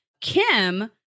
Kim